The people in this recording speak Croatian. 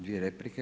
Dvije replike.